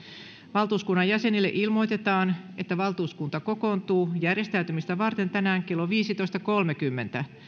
valtuuskunnan jäsenille ilmoitetaan että valtuuskunta kokoontuu järjestäytymistä varten tänään kello viisitoista kolmenkymmenen